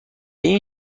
این